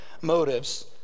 Motives